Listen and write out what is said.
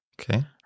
Okay